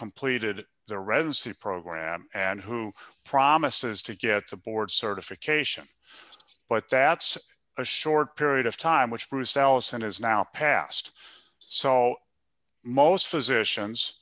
completed their rents the program and who promises to get the board certification but that's a short period of time which bruce allison has now passed so most physicians